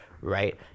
right